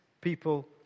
people